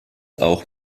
auch